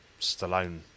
Stallone